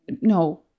no